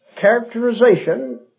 characterization